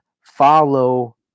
follow